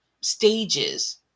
stages